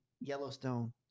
Yellowstone